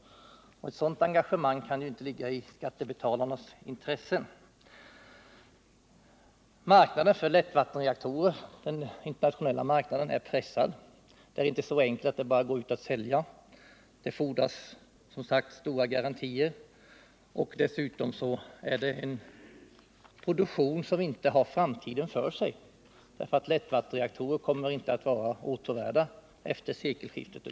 Ett sådant engagemang kan inte ligga i skattebetalarnas intresse. Den internationella marknaden för lättvattenreaktorer är pressad. Det är inte så enkelt att det bara är att gå ut och sälja. Det fordras som sagt stora garantier, och dessutom är det en produktion som inte har framtiden för sig. Lättvattenreaktorer kommer inte att vara åtråvärda efter sekelskiftet.